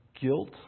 guilt